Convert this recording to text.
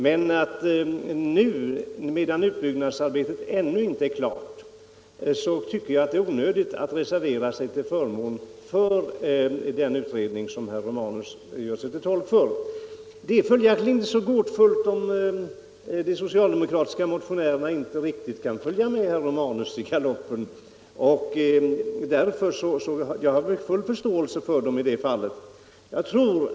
Men nu, när utbyggnadsarbetet ännu inte är klart, tycker jag det är onödigt att reservera sig till förmån för den utredning som herr Romanus föreslår i reservationen. Det är inte så gåtfullt om de socialdemokratiska motionärerna inte kan följa med riktigt i herr Romanus galopp. Jag har full förståelse för dem i det fallet.